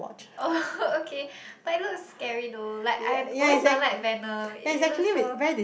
oh okay but it looks scary though like I always don't like venom it looks so